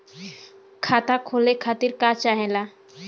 खाता खोले खातीर का चाहे ला?